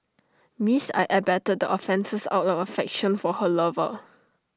Miss I abetted the offences out of affection for her lover